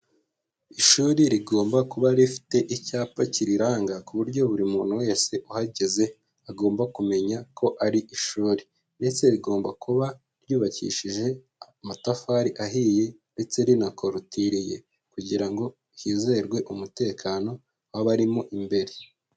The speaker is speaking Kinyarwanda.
Ishuri rigomba kuba rifite icyapa kiriranga, ku buryo buri muntu wese uhageze agomba kumenya ko ari ishuri. Ndetse rigomba kuba ryubakishije amatafari ahiye, ndetse rinakorotireriye. Kugira ngo hizerwe umutekano w'abarimo imbere.